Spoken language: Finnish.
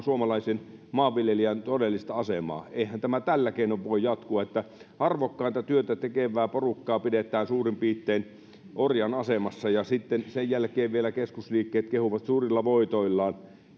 suomalaisen maanviljelijän todellista asemaa eihän tämä tällä keinoin voi jatkua että arvokasta työtä tekevää porukkaa pidetään suurin piirtein orjan asemassa ja sitten sen jälkeen vielä keskusliikkeet kehuvat suurilla voitoillaan